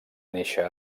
néixer